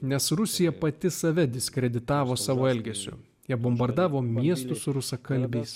nes rusija pati save diskreditavo savo elgesiu jie bombardavo miestus su rusakalbiais